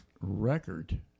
record